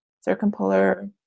circumpolar